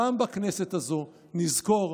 גם בכנסת הזו, נזכור: